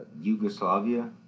Yugoslavia